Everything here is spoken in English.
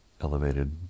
elevated